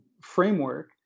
framework